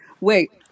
Wait